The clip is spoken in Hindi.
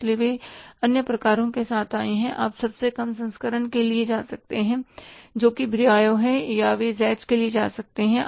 इसलिए वे अन्य प्रकारों के साथ आए हैं आप सबसे कम संस्करण के लिए जा सकते हैं जोकि ब्रियो है या वे जैज़ के लिए जा सकते हैं